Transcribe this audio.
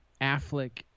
Affleck